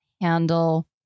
handle